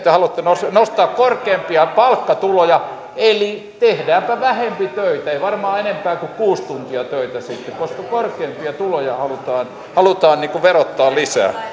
te haluatte nostaa nostaa korkeampia palkkatuloja eli tehdäänpä vähempi töitä ei varmaan sitten enempää kuin kuusi tuntia töitä koska korkeampia tuloja halutaan halutaan verottaa lisää